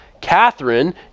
Catherine